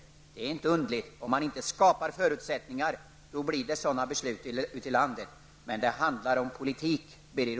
Om det inte skapas ekonomiska förutsättningar, så blir det naturligtvis sådana beslut ute i landet. Det handlar om politik, Birger